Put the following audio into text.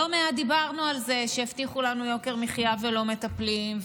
לא מעט דיברנו על זה שהבטיחו לנו יוקר מחיה ולא מטפלים,